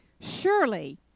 surely